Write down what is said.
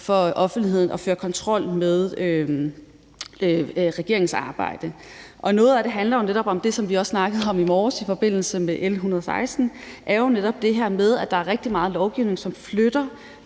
for offentligheden at føre kontrol med regeringens arbejde. Noget af det handler jo netop om det, som vi også snakkede om i morges i forbindelse med L 116. Det er jo netop det her med, at der er rigtig meget lovgivning, som flytter